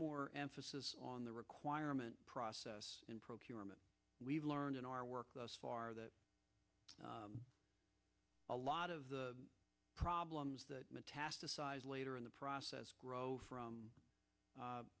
more emphasis on the requirement process in procurement we've learned in our work thus far that a lot of the problems that metastasized later in the process grow from